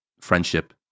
friendship